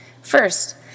First